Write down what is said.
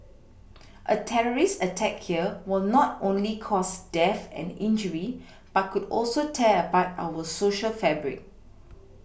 a terrorist attack here will not only cause death and injury but could also tear apart our Social fabric